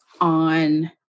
on